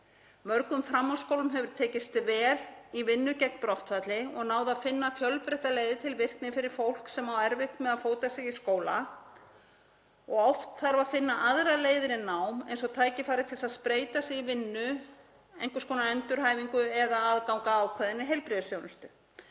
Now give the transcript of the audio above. Mörgum framhaldsskólum hefur tekist vel í vinnu gegn brottfalli og náð að finna fjölbreyttar leiðir til virkni fyrir fólk sem á erfitt með að fóta sig í skóla og oft þarf að finna aðrar leiðir en nám, eins og tækifæri til að spreyta sig í vinnu, einhvers konar endurhæfingu eða aðgang að ákveðinni heilbrigðisþjónustu.